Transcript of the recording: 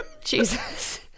Jesus